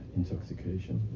intoxication